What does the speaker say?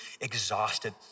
exhausted